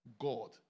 God